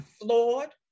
flawed